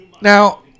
now